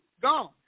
Gone